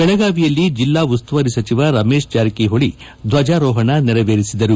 ಬೆಳಗಾವಿಯಲ್ಲಿ ಜೆಲ್ಲಾ ಉಸ್ತುವಾರಿ ಸಚಿವ ರಮೇಶ್ ಜಾರಕಿಹೊಳಿ ದ್ದಜಾರೋಹಣ ನೆರವೇರಿಸಿದರು